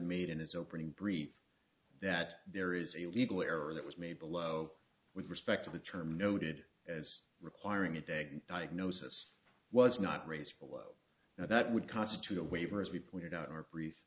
made in his opening brief that there is a legal error that was made below with respect to the term noted as requiring a day diagnosis was not raised below now that would constitute a waiver as we pointed out in our brie